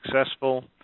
successful